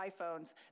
iPhones